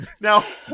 Now